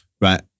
Right